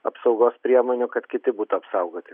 apsaugos priemonių kad kiti būtų apsaugoti